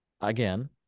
again